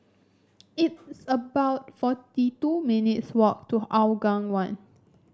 it's about forty two minutes' walk to Hougang One